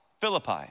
Philippi